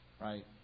right